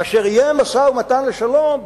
כאשר יהיה משא-ומתן לשלום,